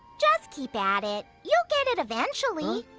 just keep at it. you'll get it eventually.